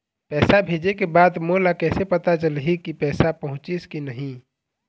पैसा भेजे के बाद मोला कैसे पता चलही की पैसा पहुंचिस कि नहीं?